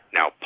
Now